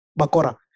bakora